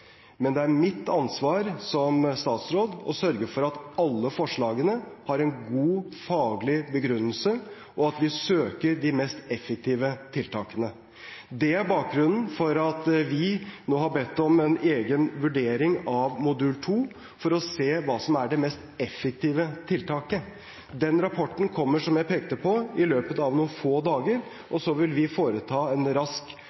Men det er mitt ansvar som statsråd å sørge for at alle forslagene har en god faglig begrunnelse, og at vi søker de mest effektive tiltakene. Det er bakgrunnen for at vi nå har bedt om en egen vurdering av modul 2 for å se hva som er det mest effektive tiltaket. Den rapporten kommer ‒ som jeg pekte på ‒ i løpet av noen få dager. Så vil vi foreta en rask